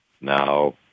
now